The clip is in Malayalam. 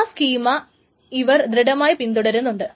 ആ സ്കീമ ഇവർ ദൃഡമായി പിൻതുടങ്ങുന്നുണ്ട്